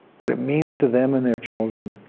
what it means to them and their children,